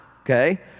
okay